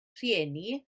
rheini